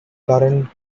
current